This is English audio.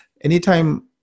anytime